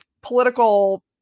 political